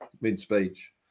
mid-speech